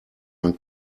man